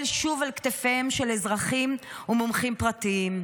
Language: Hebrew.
שוב על כתפיהם של אזרחים ומומחים פרטיים.